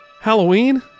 Halloween